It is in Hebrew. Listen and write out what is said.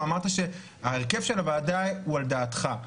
אמרת שההרכב של הוועדה הוא על דעתך,